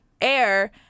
air